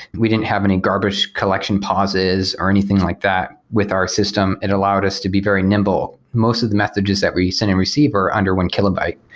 we didn't have any garbage collection pauses or anything like that with our system. it allowed us to be very nimble. most of the messages that we send and receive are under one kilobyte,